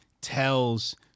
tells